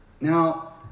now